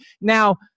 Now